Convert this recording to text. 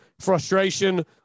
frustration